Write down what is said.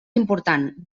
important